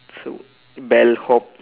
so bellhop